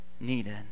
needed